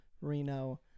Reno